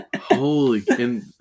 Holy